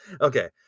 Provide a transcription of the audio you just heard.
Okay